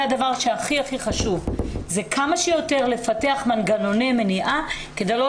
הדבר הכי חשוב וזה כמה שיותר לפתח מנגנוני מניעה כדי לא